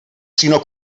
sinó